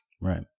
Right